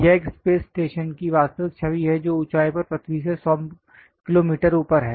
यह एक space station की वास्तविक छवि है जो ऊंचाई पर पृथ्वी से 100 किलोमीटर ऊपर है